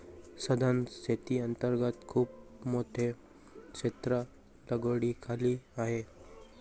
सधन शेती अंतर्गत खूप मोठे क्षेत्र लागवडीखाली आहे